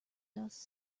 dust